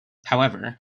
however